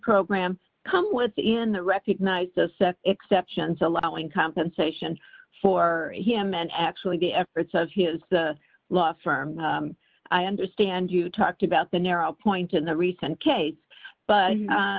program come within the recognized those exceptions allowing compensation for him and actually the efforts of his the law firm i understand you talked about the narrow point in the recent case but